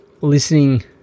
listening